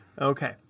Okay